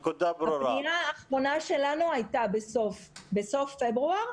הפנייה האחרונה שלנו הייתה בסוף פברואר,